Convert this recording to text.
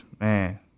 Man